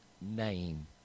name